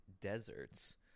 deserts